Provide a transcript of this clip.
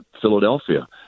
Philadelphia